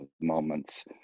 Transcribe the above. moments